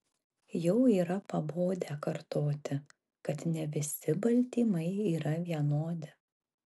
jau yra pabodę kartoti kad ne visi baltymai yra vienodi